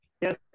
Yes